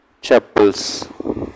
chapels